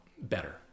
better